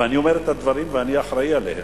ואני אומר את הדברים, ואני אחראי עליהם.